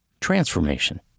transformation